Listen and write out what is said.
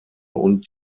und